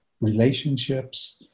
relationships